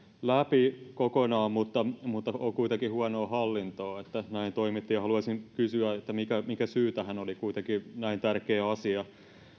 läpi kokonaan mutta on kuitenkin huonoa hallintoa että näin toimittiin ja haluaisin kysyä mikä mikä syy tähän oli kuitenkin näin tärkeä asia